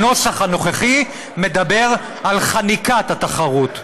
הנוסח הנוכחי מדבר על חניקת התחרות.